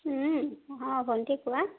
অঁ ভন্টি কোৱা